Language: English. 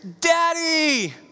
Daddy